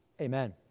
Amen